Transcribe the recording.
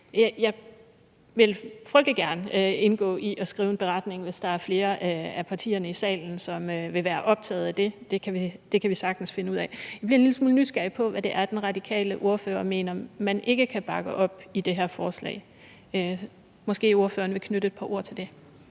Jeg vil frygtelig gerne medvirke til at skrive en beretning, hvis der er flere af partierne i salen, som vil være indstillet på det – det kan vi sagtens finde ud af. Jeg bliver en lille smule nysgerrig på, hvad det er, den radikale ordfører mener man ikke kan bakke op i det her forslag. Måske ordføreren vil knytte et par ord til det.